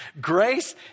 Grace